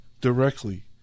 directly